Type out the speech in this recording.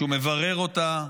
שהוא מברר אותה,